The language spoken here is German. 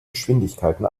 geschwindigkeiten